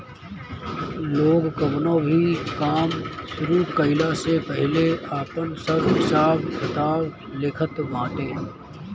लोग कवनो भी काम शुरू कईला से पहिले आपन सब हिसाब किताब लिखत बाटे